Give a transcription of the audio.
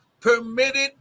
permitted